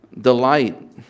delight